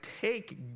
take